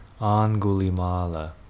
Angulimala